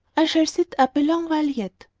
i shall sit up a long while yet.